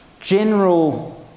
general